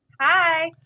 Hi